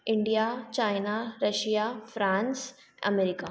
India China Russia France America